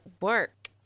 work